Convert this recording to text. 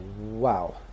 wow